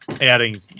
adding